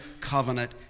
covenant